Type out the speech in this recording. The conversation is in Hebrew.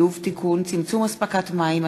לתיקון פקודת מסי העירייה ומסי הממשלה